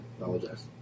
apologize